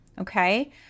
Okay